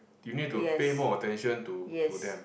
do you need to pay more attention to to them